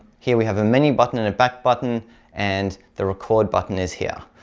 here we have a menu button and a back button and the record button is here.